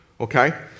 Okay